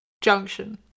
junction